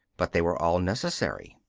but they were all necessary.